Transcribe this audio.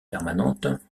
permanente